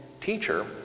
Teacher